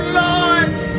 lords